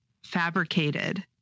fabricated